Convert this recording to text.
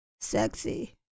sexy